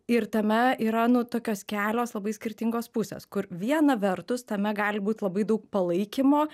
ir tame yra nu tokios kelios labai skirtingos pusės kur viena vertus tame gali būt labai daug palaikymo